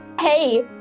Hey-